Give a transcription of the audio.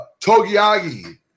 Togiagi